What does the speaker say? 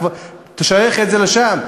תשייך את זה לשם,